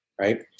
Right